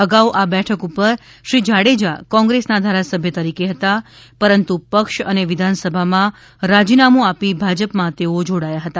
અગાઉ આ બેઠક ઉપર શ્રી જાડેજા કોંગ્રેસના ધારાસભ્ય તરીકે હતા પરંતુ પક્ષ અને વિધાનસભામાં રાજીનામું આપી ભાજપમાં તેઓ જોડાયા હતા